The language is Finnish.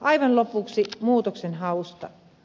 aivan lopuksi muutoksenhausta